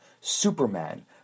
Superman